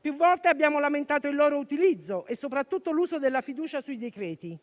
Più volte abbiamo lamentato il loro utilizzo e soprattutto l'uso della fiducia sui decreti,